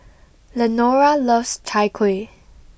Lenora loves Chai Kueh